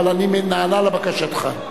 אבל אני נענה לבקשתך.